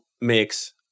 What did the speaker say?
mix